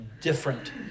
different